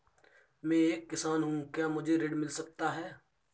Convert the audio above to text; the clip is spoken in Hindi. मैं एक किसान हूँ क्या मुझे ऋण मिल सकता है?